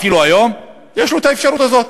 אפילו היום יש לו האפשרות הזאת.